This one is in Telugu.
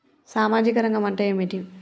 సామాజిక రంగం అంటే ఏమిటి?